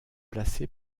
placé